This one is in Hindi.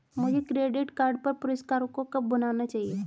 मुझे क्रेडिट कार्ड पर पुरस्कारों को कब भुनाना चाहिए?